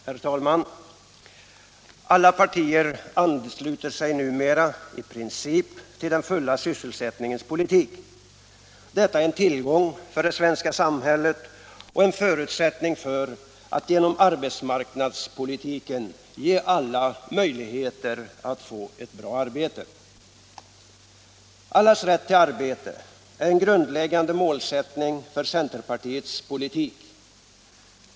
Herr talman! Alla partier ansluter sig numera i princip till den fulla sysselsättningens politik. Detta är en tillgång för det svenska samhället och en förutsättning för att genom arbetsmarknadspolitiken kunna ge alla möjligheter att få ett bra arbete. "Allas rätt till arbete är en grundläggande målsättning för centerpartiets politik.